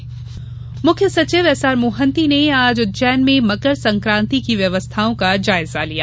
उज्जैन मोहन्ती मुख्य सचिव S R Mohanty ने आज उज्जैन में मकर संक्रांति की व्यवस्थाओं का जायजा लिया